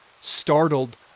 Startled